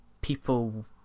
people